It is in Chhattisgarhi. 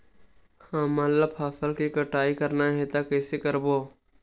हमन ला फसल के कटाई करना हे त कइसे करबो?